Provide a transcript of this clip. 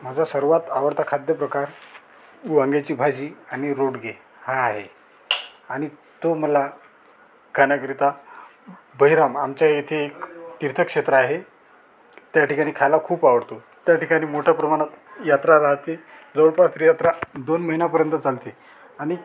माझा सर्वात आवडता खाद्यप्रकार वांग्याची भाजी आणि रोडगे हा आहे आणि तो मला खाण्याकरिता बहिराम आमच्या इथे एक तीर्थक्षेत्र आहे त्या ठिकाणी खायला खूप आवडतो त्या ठिकाणी मोठ्या प्रमाणात यात्रा राहते जवळपास ती यात्रा दोन महिन्यांपर्यंत चालते आणि